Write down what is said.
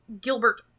Gilbert